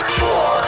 four